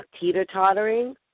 teeter-tottering